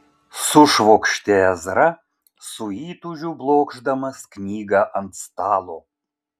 sušvokštė ezra su įtūžiu blokšdamas knygą ant stalo